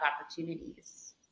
opportunities